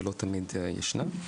שלא תמיד ישנה.